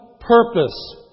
purpose